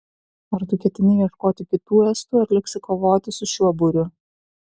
ar tu ketini ieškoti kitų estų ar liksi kovoti su šiuo būriu